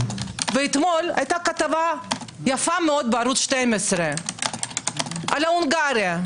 ואתמול הייתה כתבה יפה מאוד בערוץ 12 על הונגריה.